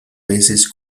veces